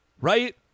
right